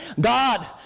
God